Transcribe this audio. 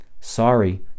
Sorry